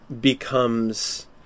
becomes